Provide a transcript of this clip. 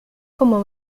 como